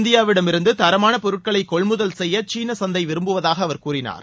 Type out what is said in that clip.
இந்தியாவிடமிருந்து தரமான பொருட்களை கொள்முதல் செய்ய சீன சந்தை விரும்புவதாக அவர் கூறினார்